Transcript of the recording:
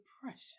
depression